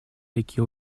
реке